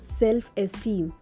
self-esteem